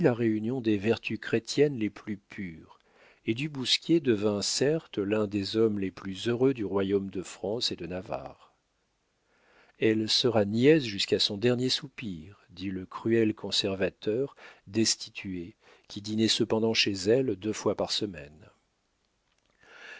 la réunion des vertus chrétiennes les plus pures et du bousquier devint certes l'un des hommes les plus heureux du royaume de france et de navarre elle sera niaise jusqu'à son dernier soupir dit le cruel conservateur destitué qui dînait cependant chez elle deux fois par semaine